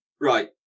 Right